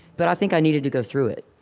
but i think i needed to go through it,